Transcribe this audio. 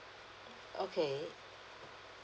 okay